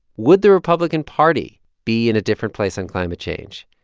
would the republican party be in a different place on climate change?